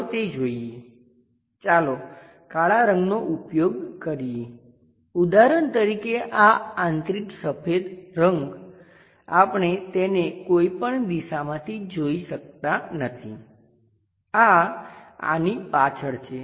ચાલો તે જોઈએ ચાલો કાળા રંગનો ઉપયોગ કરીએ ઉદાહરણ તરીકે આ આંતરિક સફેદ રંગ આપણે તેને કોઈ પણ દિશામાંથી જોઈ શકતા નથી આ આની પાછળ છે